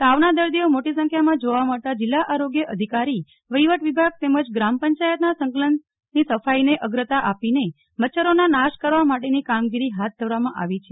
તાવના દર્દીઓ મોટી સંખ્યામાં જોવા મળતા જીલ્લા આરોગ્ય અધિકારી વહીવટ વિભાગ તેમજ ગ્રામ પંચાયતના સંકલનથી સાફિને અગ્રતા આપીને મચ્છરોના નાશ કરવા માટેની કામગીરી હાથ ધરવામાં આવી છે